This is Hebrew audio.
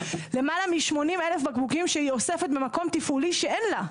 למעלה מ-80 אלף בקבוקים שהיא אוספת ממקום תפעולי שאין לה,